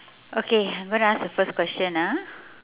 okay I'm gonna ask the first question ah